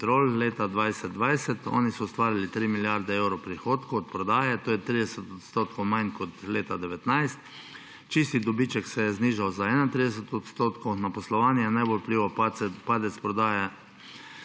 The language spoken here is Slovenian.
Petrol leta 2020, oni so ustvarili 3 milijarde evrov prihodkov od prodaje. To je 30 % manj kot leta 2019. Čisti dobiček se je znižal za 31 %. Na poslovanje je najbolj vplival padec prodaje